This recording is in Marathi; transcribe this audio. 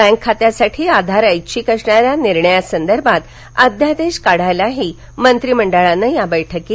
बॅक खात्यासाठी आधार ऐच्छिक असणाऱ्या निर्णयासंदर्भात अध्यादेश काढण्यासही मंत्रीमंडळानं या बैठकीत मंजूरी दिली